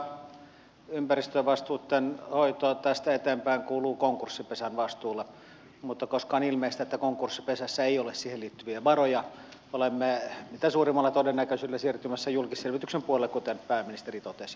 periaatteessa ympäristövastuitten hoito tästä eteenpäin kuuluu konkurssipesän vastuulle mutta koska on ilmeistä että konkurssipesässä ei ole siihen liittyviä varoja olemme mitä suurimmalla todennäköisyydellä siirtymässä julkisselvityksen puoleen kuten pääministeri totesi